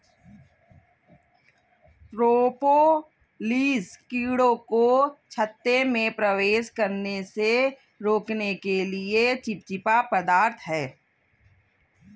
propolis कीड़ों को छत्ते में प्रवेश करने से रोकने के लिए चिपचिपा पदार्थ है